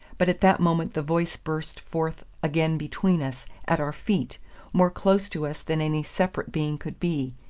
but at that moment the voice burst forth again between us, at our feet more close to us than any separate being could be.